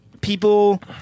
people